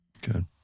Good